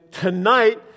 tonight